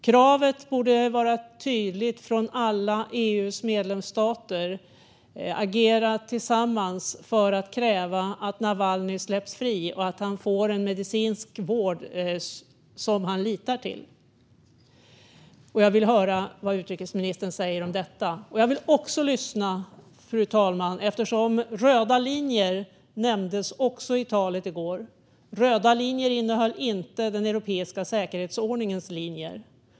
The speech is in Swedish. Kravet borde vara tydligt från alla EU:s medlemsstater; man borde agera tillsammans för att kräva att Navalnyj släpps fri och får medicinsk vård som han litar till. Jag vill höra vad utrikesministern säger om detta. Fru talman! Röda linjer nämndes också i talet i går. Röda linjer innehöll inte den europeiska säkerhetsordningens linjer.